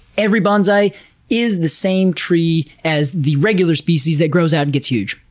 every bonsai is the same tree as the regular species that grows out and gets huge.